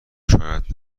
شاید